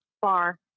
far